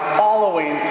following